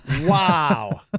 Wow